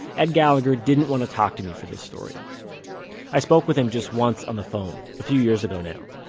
ed gallagher didn't want to talk to me for this story i spoke with him just once on the phone, a few years ago now.